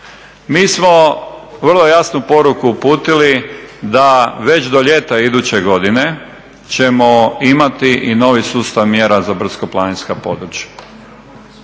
mi smo vrlo jasnu poruku uputili da već do ljeta iduće godine ćemo imati i novi sustav mjera za brdsko-planinska područja.